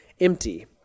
empty